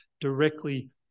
directly